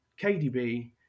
KDB